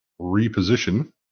reposition